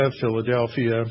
Philadelphia